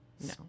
No